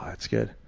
that's good,